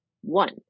one